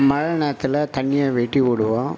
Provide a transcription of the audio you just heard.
மழை நேரத்தில் தண்ணியை வெட்டி விடுவோம்